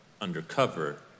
undercover